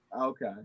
Okay